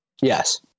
Yes